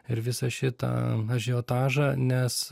ir visą šitą ažiotažą nes